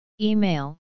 Email